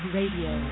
Radio